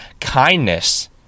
kindness